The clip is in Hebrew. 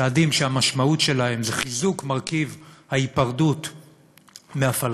צעדים שהמשמעות שלהם היא חיזוק מרכיב ההיפרדות מהפלסטינים,